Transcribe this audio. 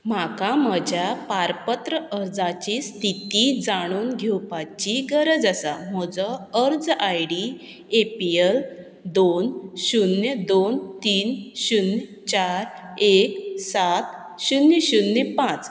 म्हाका म्हज्या पारपत्र अर्जाची स्थिती जाणून घेवपाची गरज आसा म्हजो अर्ज I D A P L दोन शुन्य दोन तीन शुन्य चार एक सात शुन्य शुन्य पांच